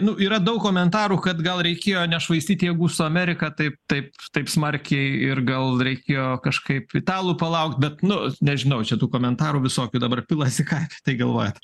nu yra daug komentarų kad gal reikėjo nešvaistyt jėgų su amerika taip taip taip smarkiai ir gal reikėjo kažkaip italų palaukt bet nu nežinau čia tų komentarų visokių dabar pilasi ką tai galvojat